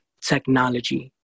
technology